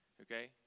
okay